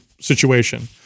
situation